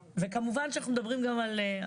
וכמובן שאנחנו מדברים גם על,